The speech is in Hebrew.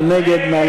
מי נגד?